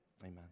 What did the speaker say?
amen